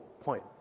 point